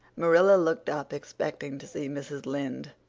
marilla looked up expecting to see mrs. lynde.